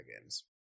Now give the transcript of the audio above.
games